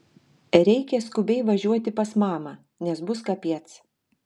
reikia skubiai važiuoti pas mamą nes bus kapiec